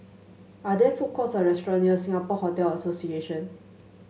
are there food courts or restaurant near Singapore Hotel Association